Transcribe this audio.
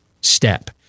step